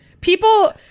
People